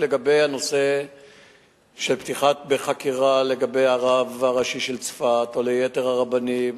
לגבי הנושא של פתיחה בחקירה לגבי הרב הראשי של צפת או יתר הרבנים